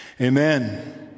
amen